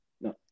no